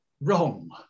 wrong